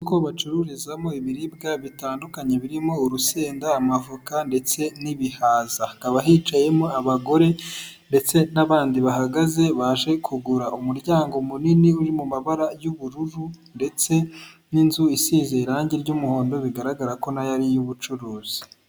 Isoko bacururizamo ibiribwa bitandukanye birimo; urusenda, amavoka, ndetse n'ibihaza. hakaba hicayemo abagore ndetse n'abandi bahagaze baje kugura. Umuryango munini uri mu mabara y'ubururu, ndetse n'inzu isize irangi ry'umuhondo bigaragara ko na yo ari iy'ubucuruzi.